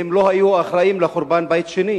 הם לא היו אחראים לחורבן בית שני